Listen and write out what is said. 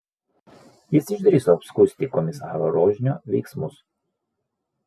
jis išdrįso apskųsti komisaro rožnio veiksmus